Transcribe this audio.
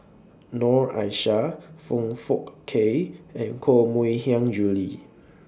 Noor Aishah Foong Fook Kay and Koh Mui Hiang Julie